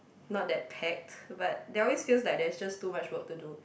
not that packed but they always feels like there's just too much work to do